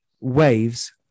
waves